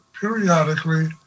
periodically